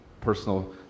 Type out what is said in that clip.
personal